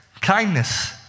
kindness